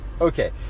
okay